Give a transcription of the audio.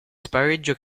spareggio